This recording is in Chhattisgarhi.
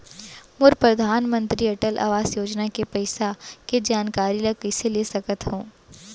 मोर परधानमंतरी अटल आवास योजना के पइसा के जानकारी ल कइसे ले सकत हो?